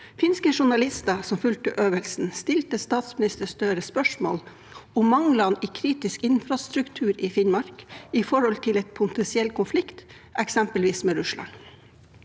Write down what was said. Finske journalister som fulgte øvelsen, stilte statsminister Støre spørsmål om manglene i kritisk infrastruktur i Finnmark med hensyn til en potensiell konflikt, eksempelvis med Russland.